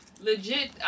legit